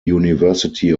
university